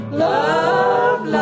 love